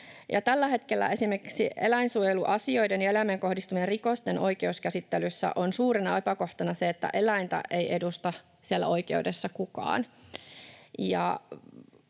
Tällä hetkellä esimerkiksi eläinsuojeluasioiden ja eläimeen kohdistuneiden rikosten oikeuskäsittelyssä on suurena epäkohtana se, että eläintä ei edusta siellä oikeudessa kukaan.